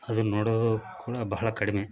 ಅದನ್ನು ನೋಡೋ ಕೂಡ ಬಹಳ ಕಡಿಮೆ